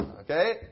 Okay